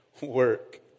work